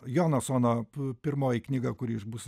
jonasono pirmoji knyga kuri bus